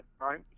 right